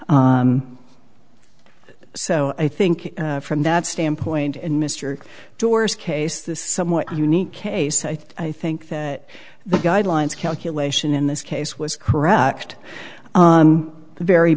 met so i think from that standpoint and mr tourist case this somewhat unique case i think that the guidelines calculation in this case was correct very